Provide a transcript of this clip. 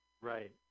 Right